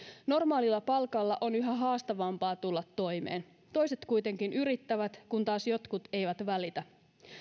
normaalilla palkalla on yhä haastavampaa tulla toimeen toiset kuitenkin yrittävät kun taas jotkut eivät välitä